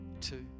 Two